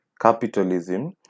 capitalism